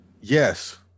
Yes